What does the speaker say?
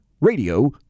Radio